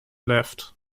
left